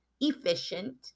efficient